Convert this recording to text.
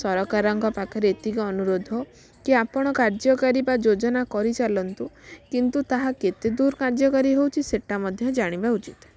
ସରକାରଙ୍କ ପାଖରେ ଏତିକି ଅନୁରୋଧ କି ଆପଣ କାର୍ଯ୍ୟକାରୀ ବା ଯୋଜନା କରିଚାଲନ୍ତୁ କିନ୍ତୁ ତାହା କେତେ ଦୂର କାର୍ଯ୍ୟକାରୀ ହେଉଛି ସେଇଟା ମଧ୍ୟ ଜାଣିବା ଉଚିତ୍